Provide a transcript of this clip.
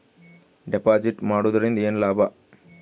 Deposit ಮಾಡುದರಿಂದ ಏನು ಲಾಭ?